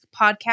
podcast